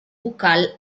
bucal